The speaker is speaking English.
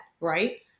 Right